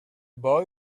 boy